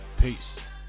Peace